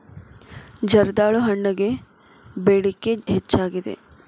ಜರ್ದಾಳು ಹಣ್ಣಗೆ ಬೇಡಿಕೆ ಹೆಚ್ಚಾಗಿದೆ